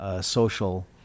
social